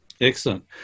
Excellent